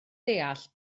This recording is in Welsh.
deall